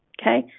Okay